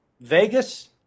Vegas